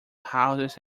houses